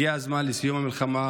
הגיע הזמן לסיום המלחמה,